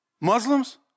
Muslims